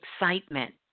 excitement